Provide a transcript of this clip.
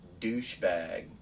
douchebag